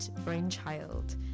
Brainchild